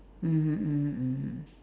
mmhmm mmhmm mmhmm